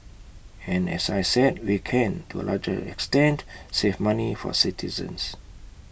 and as I said we can to A large extent save money for citizens